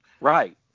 Right